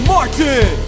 Martin